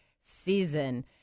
season